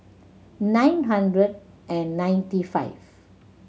nine hundred and ninety five